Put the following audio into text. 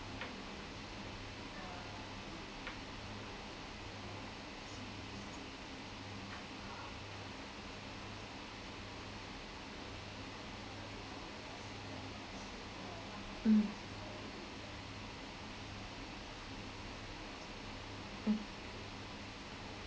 mm mm